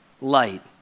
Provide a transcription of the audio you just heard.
light